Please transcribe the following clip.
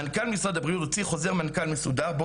מנכ"ל משרד הבריאות הוציא חוזר מנכ"ל מסודר ובו